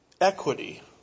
equity